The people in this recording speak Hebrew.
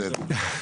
בסדר.